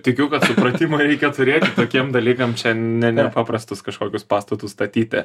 tikiu kad supratimą reikia turėti tokiem dalykam čia ne ne paprastus kažkokius pastatus statyti